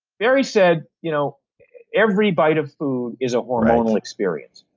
barry said you know every bit of food is a hormonal experience,